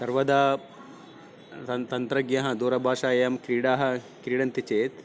सर्वदा तन् तन्त्रज्ञः दूरभाषायां क्रीडाः क्रीडन्ति चेत्